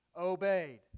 obeyed